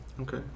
okay